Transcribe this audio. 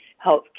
health